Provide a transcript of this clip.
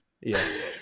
Yes